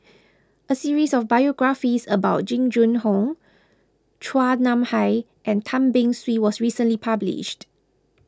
a series of biographies about Jing Jun Hong Chua Nam Hai and Tan Beng Swee was recently published